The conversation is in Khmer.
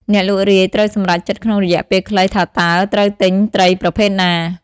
អ្នកលក់រាយ ត្រូវសម្រេចចិត្តក្នុងរយៈពេលខ្លីថាតើត្រូវទិញត្រីប្រភេទណា។